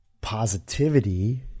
positivity